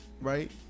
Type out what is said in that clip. Right